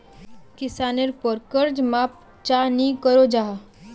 किसानेर पोर कर्ज माप चाँ नी करो जाहा?